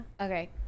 Okay